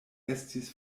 estis